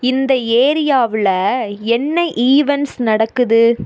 இந்த ஏரியாவில் என்ன ஈவெண்ட்ஸ் நடக்குது